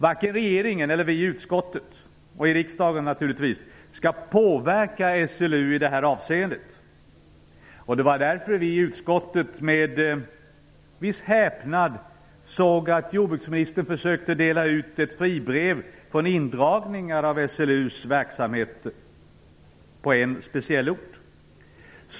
Varken regeringen eller vi i utskottet och i riksdagen skall påverka SLU i det här avseendet. Det var därför vi i utskottet med viss häpnad såg att jordbruksministern försökte dela ut ett fribrev från indragningar av SLU:s verksamheter på en speciell ort.